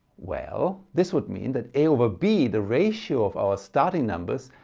well this would mean that a over b, the ratio of our starting numbers,